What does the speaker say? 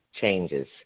changes